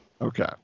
Okay